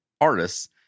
artists